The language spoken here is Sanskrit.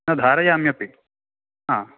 न धारयाम्यपि हा